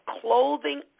clothing